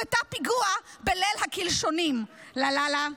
את הפיגוע בליל הקלשונים / לה לה לה,